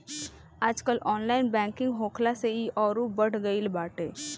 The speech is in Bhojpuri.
आजकल ऑनलाइन बैंकिंग होखला से इ अउरी बढ़ गईल बाटे